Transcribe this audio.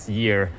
year